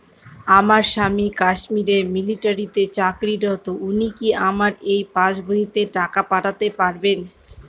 আমার স্বামী কাশ্মীরে মিলিটারিতে চাকুরিরত উনি কি আমার এই পাসবইতে টাকা পাঠাতে পারবেন?